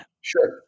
Sure